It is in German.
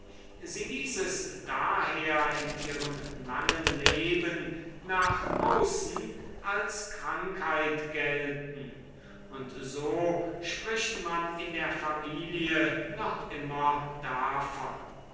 sie ließ es daher in ihrem langen leben nach außen als krankheit gelten und so spricht man in der familie noch immer davon